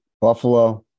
Buffalo